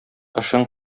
эшең